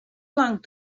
lang